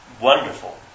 wonderful